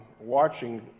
watching